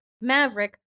Maverick